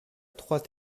trois